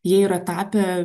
jie yra tapę